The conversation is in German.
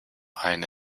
eine